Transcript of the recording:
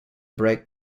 break